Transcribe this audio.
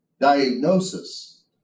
diagnosis